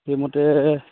সেইমতে